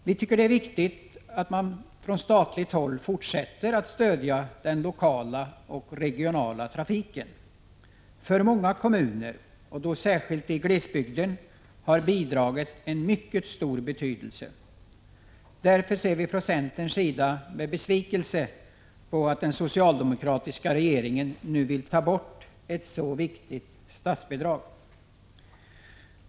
Vi tycker det är viktigt att man från statligt håll fortsätter att stödja den lokala och regionala trafiken. För många kommuner, särskilt i glesbygden, har bidraget mycket stor betydelse. Därför ser vi från centerns sida med besvikelse att den socialdemokratiska regeringen nu vill ta bort ett så viktigt statsbidrag.